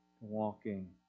walking